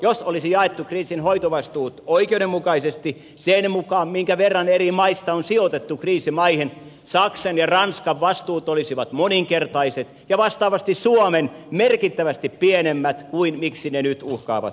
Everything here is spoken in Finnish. jos olisi jaettu kriisin hoitovastuut oikeudenmukaisesti sen mukaan minkä verran eri maista on sijoitettu kriisimaihin saksan ja ranskan vastuut olisivat moninkertaiset ja vastaavasti suomen merkittävästi pienemmät kuin miksi ne nyt uhkaavat muodostua